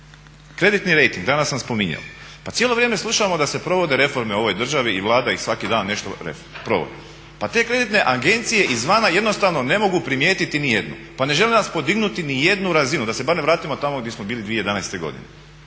Kreditni rejting danas sam spominjao. Pa cijelo vrijeme slušamo da se provode reforme u ovoj državi i Vlada ih svaki dan nešto provodi. Pa te kreditne agencije izvana jednostavno ne mogu primijetiti ni jednu. Pa ne žele nas podignuti ni jednu razinu, da se barem vratimo tamo gdje smo bili 2011. godine.